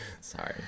Sorry